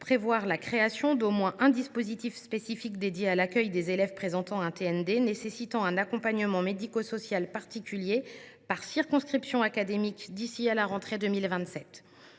prévoir la création d’au moins un dispositif spécifique dédié à l’accueil des élèves présentant un TND nécessitant un accompagnement médico social particulier par circonscription académique d’ici à la rentrée 2027.